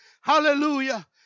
Hallelujah